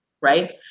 right